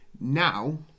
Now